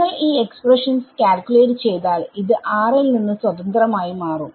നിങ്ങൾ ഈ expression calculate ചെയ്താൽ ഇത് r ൽ നിന്ന് സ്വതന്ത്രം ആയി മാറും